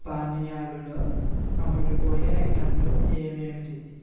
పానీయాలులో అమ్ముడుపోయే ఐటెంలు ఏమేంటి